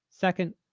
Second